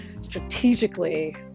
strategically